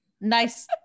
nice